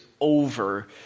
over